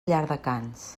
llardecans